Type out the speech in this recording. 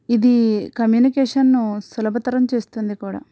ఇది కమ్యూనికేషన్ను సులభతరం చేస్తుంది కూడా